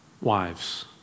wives